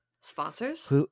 sponsors